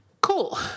Cool